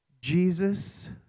Jesus